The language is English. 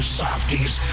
softies